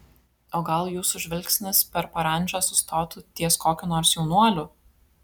o gal jūsų žvilgsnis per parandžą sustotų ties kokiu nors jaunuoliu